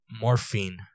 morphine